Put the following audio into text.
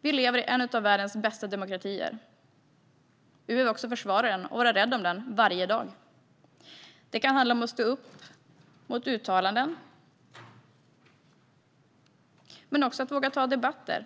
Vi lever i en av världens bästa demokratier. Vi behöver försvara den och vara rädda om den varje dag. Det kan handla om att stå upp mot uttalanden eller om att våga ta debatter.